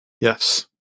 Yes